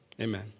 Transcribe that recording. Amen